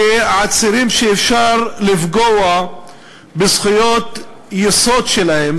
כעצירים שאפשר לפגוע בזכויות יסוד שלהם,